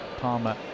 Palmer